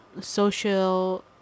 social